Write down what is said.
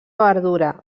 verdura